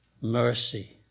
mercy